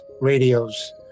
radios